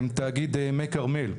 תאגיד מי כרמל.